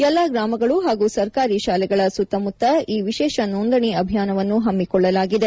ಎಲ್ಡಾ ಗ್ರಾಮಗಳು ಹಾಗೂ ಸರ್ಕಾರಿ ಶಾಲೆಗಳ ಸುತ್ತ ಮುತ್ತ ಈ ವಿಶೇಷ ನೋಂದಣಿ ಅಭಿಯಾನವನ್ನು ಹಮ್ಮಿಕೊಳ್ಳಲಾಗಿದೆ